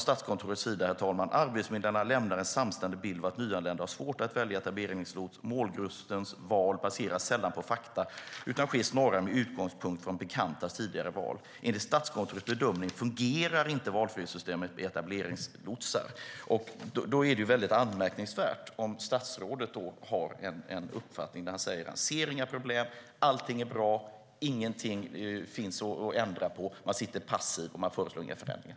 Statskontoret säger: "Arbetsförmedlarna lämnar en samstämmig bild av att nyanlända har svårt att välja etableringslots. Målgruppens val baseras sällan på fakta, utan sker snarare med utgångspunkt från bekantas tidigare val. Enligt Statskontorets bedömning fungerar inte valfrihetssystemet med etableringslotsar." Då är det anmärkningsvärt att statsrådet har en uppfattning där han säger att han inte ser några problem, att allt är bra och att det inte finns något att ändra på. Han sitter passiv och föreslår inga förändringar.